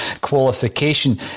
qualification